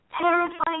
terrifying